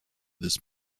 this